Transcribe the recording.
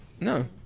No